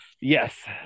yes